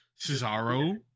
Cesaro